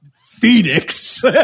Phoenix